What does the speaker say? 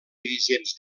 dirigents